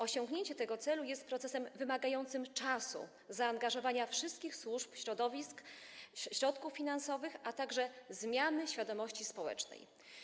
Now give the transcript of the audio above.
Osiągnięcie tego celu jest procesem wymagającym czasu, zaangażowania wszystkich służb, środowisk, środków finansowych, a także zmiany świadomości społecznej.